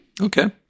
Okay